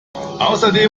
außerdem